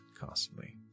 constantly